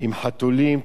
עם חתולים,